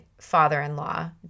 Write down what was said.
father-in-law